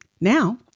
Now